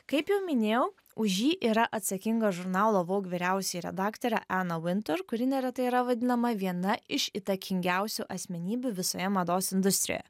kaip jau minėjau už jį yra atsakinga žurnalo vaug vyriausioji redaktorė ana vintur kuri neretai yra vadinama viena iš įtakingiausių asmenybių visoje mados industrijoje